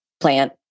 Plant